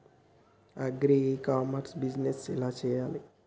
Agri e commerce business ఎలా చెయ్యాలి?